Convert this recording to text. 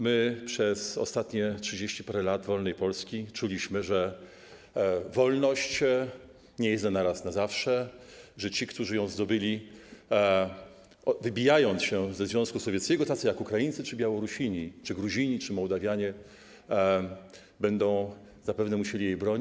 My przez ostatnie trzydzieści parę lat wolnej Polski czuliśmy, że wolność nie jest dana raz na zawsze i że ci, którzy ją uzyskali, wybijając się ze Związku Sowieckiego, jak Ukraińcy czy Białorusini, czy Gruzini, czy Mołdawianie, będą zapewne musieli jej bronić.